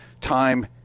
time